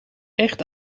echt